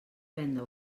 venda